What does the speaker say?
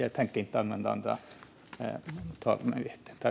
Jag tänkte inte använda min andra replik.